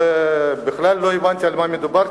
ובכלל לא הבנתי על מה מדובר,